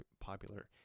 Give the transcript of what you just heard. popular